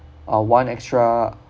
ah one extra